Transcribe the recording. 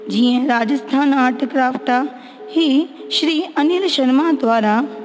जीअं Rajasthan art craft आहे ही श्री अनिल शर्मा द्वारा